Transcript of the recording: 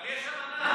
אבל יש אמנה.